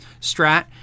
strat